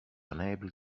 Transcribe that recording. unable